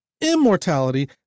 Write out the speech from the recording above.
Immortality